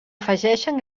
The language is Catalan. afegeixen